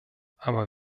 aber